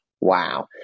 Wow